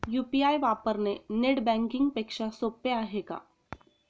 UPI वापरणे net banking पेक्षा सोपे आहे का?